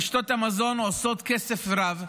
רשתות המזון עושות כסף רב,